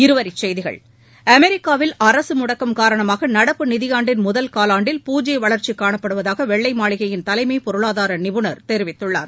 இருவரி செய்திகள் அமெிக்காவில் அரசு முடக்கம் காரணமாக நடப்பு நிதியாண்டின் முதல் காலாண்டில் பூஜ்ய வளர்ச்சி காணப்படுவதாக வெள்ளை மாளிகையின் தலைமை பொருளாதார நிபுணர் தெரிவித்துள்ளார்